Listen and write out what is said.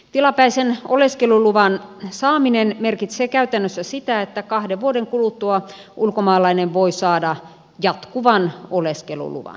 tilapäisen oleskeluluvan saaminen merkitsee käytännössä sitä että kahden vuoden kuluttua ulkomaalainen voi saada jatkuvan oleskeluluvan